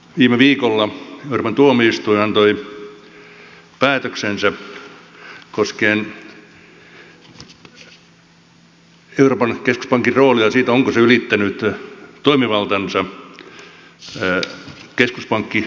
viime viikolla euroopan tuomioistuin antoi päätöksensä koskien euroopan keskuspankin roolia sitä onko se ylittänyt toimivaltansa keskuspankkirahoituksessa